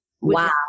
Wow